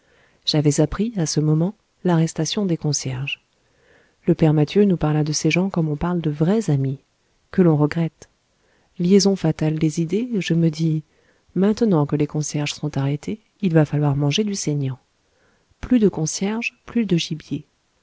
j'avais appris à ce moment l'arrestation des concierges le père mathieu nous parla de ces gens comme on parle de vrais amis que l'on regrette liaison fatale des idées je me dis maintenant que les concierges sont arrêtés il va falloir manger du saignant plus de concierges plus de gibier